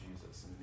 Jesus